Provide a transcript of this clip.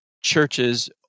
churches